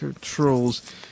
trolls